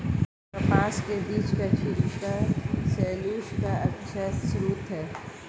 कपास के बीज का छिलका सैलूलोज का अच्छा स्रोत है